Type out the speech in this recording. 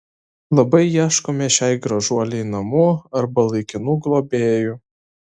labai ieškome šiai gražuolei namų arba laikinų globėjų